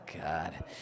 God